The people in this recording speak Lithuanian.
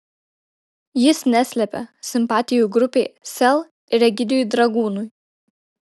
jis neslepia simpatijų grupei sel ir egidijui dragūnui